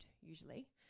usually